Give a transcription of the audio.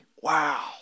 Wow